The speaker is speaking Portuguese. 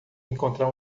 encontrar